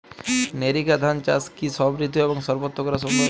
NERICA ধান চাষ কি সব ঋতু এবং সবত্র করা সম্ভব?